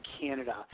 Canada